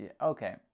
Okay